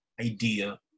idea